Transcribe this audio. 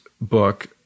book –